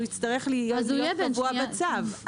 הוא יצטרך להיות קבוע בצו.